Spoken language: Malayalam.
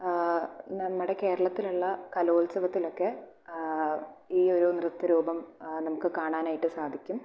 നമ്മുടെ കേരളത്തിലുള്ള കലോത്സവത്തിലൊക്കെ ഈ ഒരു നൃത്ത രൂപം നമുക്ക് കാണാനായിട്ട് സാധിക്കും